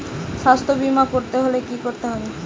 স্বাস্থ্যবীমা করতে হলে কি করতে হবে?